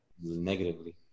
Negatively